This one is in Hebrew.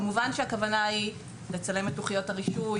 כמובן שהכוונה היא לצלם את לוחיות הרישוי